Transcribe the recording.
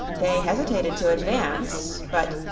they hesitated to advance but,